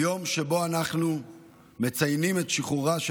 היום שבו אנחנו מציינים את שחרורו של